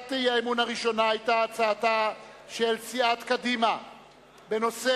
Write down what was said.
הצעת האי-אמון הראשונה היתה הצעתה של סיעת קדימה בנושא